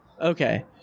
okay